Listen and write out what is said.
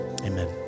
Amen